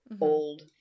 old